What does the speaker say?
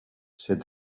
said